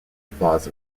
applause